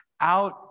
out